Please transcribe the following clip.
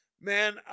Man